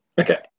Okay